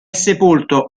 sepolto